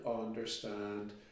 understand